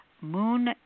Moon